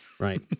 Right